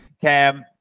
Cam